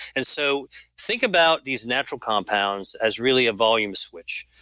and so think about these natural compounds as really a volume switch.